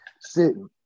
Sitting